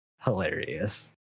hilarious